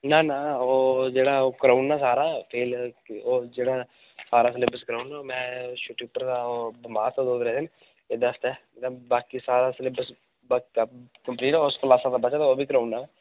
ना ना ओह् जेह्ड़ा कराई ओड़ना सारा फिर ओह् जेह्ड़ा सारा सिलेबस कराई ओड़ना मैं छुट्टी उप्पर हा बमार हा दो त्रै दिन एह्दे आस्ते बाकी सारा सिलेबस कम्पलीट जेह्ड़ा बचे दा ओह् बी कराई ओड़ना